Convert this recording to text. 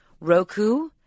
Roku